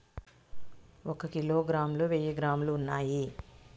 ఒక కిలోగ్రామ్ లో వెయ్యి గ్రాములు ఉన్నాయి